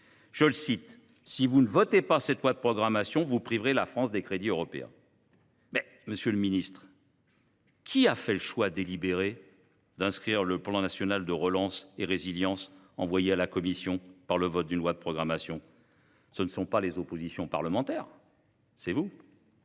:« Si vous ne votez pas ce projet de loi de programmation, vous priverez la France des crédits européens. » Mais, monsieur le ministre, qui a fait le choix délibéré d’inscrire dans le plan national de relance et de résilience envoyé à la Commission européenne le vote d’une loi de programmation ? Ce ne sont pas les oppositions parlementaires, c’est vous.